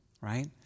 right